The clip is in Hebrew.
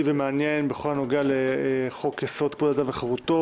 ומעניין בכל הנוגע לחוק-יסוד: כבוד האדם וחירותו,